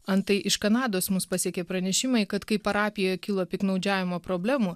antai iš kanados mus pasiekė pranešimai kad kai parapijoje kilo piktnaudžiavimo problemų